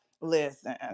Listen